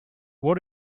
what